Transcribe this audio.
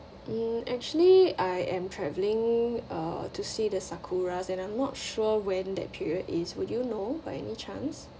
mm actually I am travelling uh to see the sakura and I'm not sure when that period is would you know by any chance